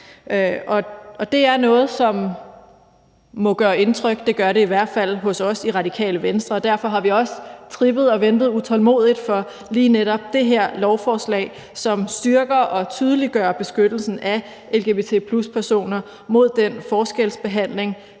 Det er noget, som må gøre indtryk – det gør det hvert fald på os i Radikale Venstre. Derfor har vi også trippet og ventet utålmodigt på lige netop det her lovforslag, som styrker og tydeliggør beskyttelsen af lgbt+-personer mod forskelsbehandling,